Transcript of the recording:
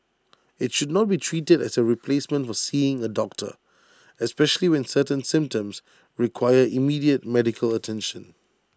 IT should not be treated as A replacement for seeing A doctor especially when certain symptoms require immediate medical attention